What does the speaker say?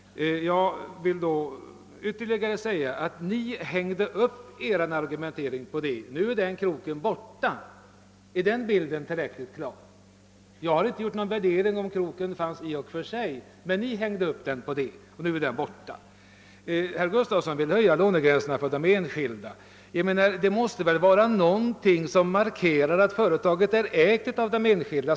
Jag vill framhålla att ni hängde upp er argumentering på den inställningen, men nu är den kroken borta. Är den bilden tillräckligt klar? Jag har inte tagit ställning till om kroken fanns — men ni hängde upp resonemanget på den. Nu är som sagt kroken borta. Herr Gustafsson vill höja lånegränserna för de enskilda, men det måste väl finnas någonting som markerar att företaget ägs av enskilda.